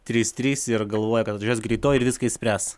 trys trys ir galvoja kad atvažiuos greitoji ir viską išspręs